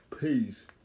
Peace